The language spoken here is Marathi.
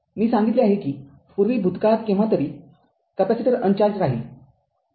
मी सांगितले आहे की पूर्वी भूतकाळात केव्हातरीकॅपेसिटर अनचार्जड राहील